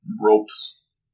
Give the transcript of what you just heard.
ropes